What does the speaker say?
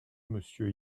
monsieur